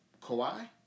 Kawhi